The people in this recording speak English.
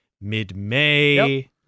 mid-May